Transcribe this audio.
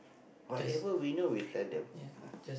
whatever we know we tell them ah